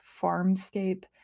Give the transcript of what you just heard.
farmscape